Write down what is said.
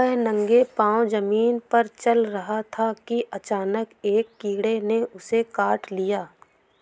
वह नंगे पांव जमीन पर चल रहा था कि अचानक एक कीड़े ने उसे काट लिया